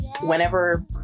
whenever